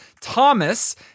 Thomas